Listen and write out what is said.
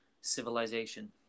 civilization